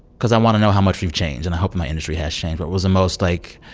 because i want to know how much we've changed. and i hope my industry has changed. what was almost, like,